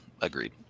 agreed